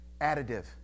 additive